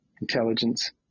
intelligence